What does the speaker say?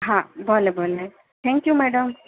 હા ભલે ભલે થેન્ક યૂ મેડમ